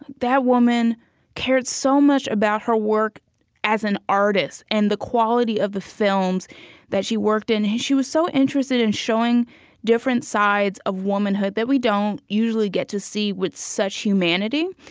that woman cared so much about her work as an artist and the quality of the films that she worked in. she was so interested in showing different sides of womanhood that we don't usually get to see with such humanity.